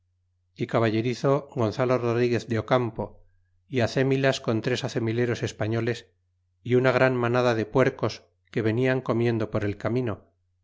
y caballerizo gonzalo rodríguez de ocampo y acemilas con tres acemileros espanoles y una gran manada de puercos que venian comiendo por el camino